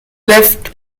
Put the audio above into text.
left